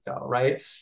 Right